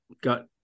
got